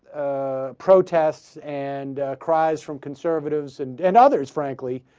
ah. protests and ah. cries from conservatives and another is frankly